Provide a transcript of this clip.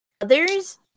others